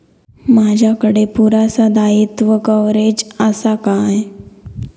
माजाकडे पुरासा दाईत्वा कव्हारेज असा काय?